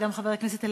וגם חברת הכנסת אלהרר,